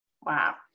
Wow